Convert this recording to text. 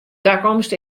takomst